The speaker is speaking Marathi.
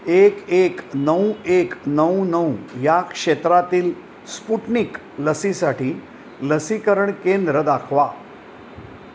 एक एक नऊ एक नऊ नऊ या क्षेत्रातील स्पुटनिक लसीसाठी लसीकरण केंद्र दाखवा